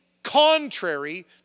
contrary